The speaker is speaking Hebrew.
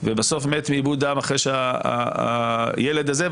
ובסוף מת מאיבוד דם אחרי שהילד הזה.